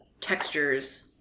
textures